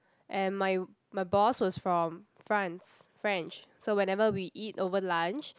and my my boss was from France French so whenever we eat over lunch